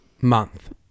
Month